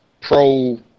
pro